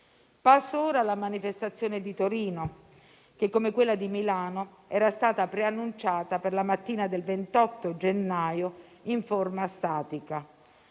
Passo ora alla manifestazione di Torino che, come quella di Milano, era stata preannunciata per la mattina del 28 gennaio in forma statica;